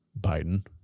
Biden